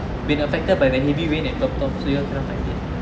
been affected by the heavy rain and dropped off so you all cannot find it